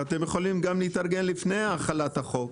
ואתם יכולים גם להתארגן לפני החלת החוק